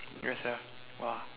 ya sia